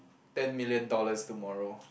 ten million dollars tomorrow